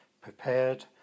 prepared